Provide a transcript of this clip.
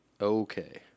Okay